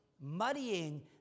muddying